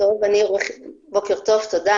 זה ינוסח כך שתדווחו לשר שאתם פועלים תחת סמכותו.